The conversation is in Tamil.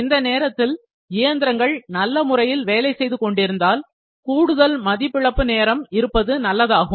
இந்த நேரத்தில் இயந்திரங்கள் நல்ல முறையில் வேலை செய்து கொண்டிருந்தால் கூடுதல் மதிப்பிழப்பு நேரம் இருப்பது நல்லதாகும்